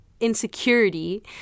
insecurity